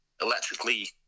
electrically